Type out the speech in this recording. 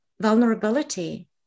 vulnerability